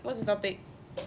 what's the topic